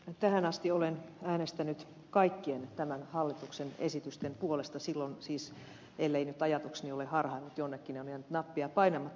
tähän asti olen äänestänyt kaikkien tämän hallituksen esitysten puolesta ellei nyt ajatukseni ole harhaillut jonnekin ja on jäänyt nappia painamatta